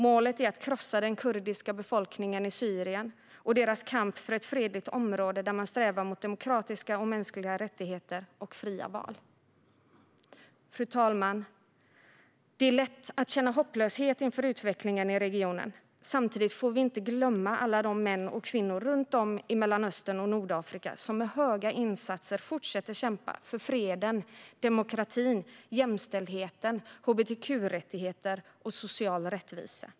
Målet är att krossa den kurdiska befolkningen i Syrien och deras kamp för ett fredligt område där man strävar mot demokratiska och mänskliga rättigheter och fria val. Fru talman! Det är lätt att känna hopplöshet inför utvecklingen i regionen. Samtidigt får vi inte glömma alla de män och kvinnor runt om i Mellanöstern och Nordafrika som med höga insatser fortsätter kämpa för fred, demokrati, jämställdhet, hbtq-rättigheter och social rättvisa.